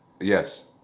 Yes